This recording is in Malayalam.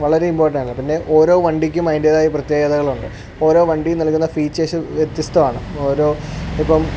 വളരെ ഇമ്പോർട്ടൻ്റ് ആണ് പിന്നെ ഓരോ വണ്ടിക്കും അതിൻ്റേതായ പ്രത്യേകതകൾ ഉണ്ട് ഓരോ വണ്ടിയും നൽകുന്ന ഫീച്ചേഴ്സ് വ്യത്യസ്തമാണ് ഓരോ ഇപ്പം